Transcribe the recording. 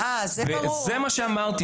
זה מה שאמרתי.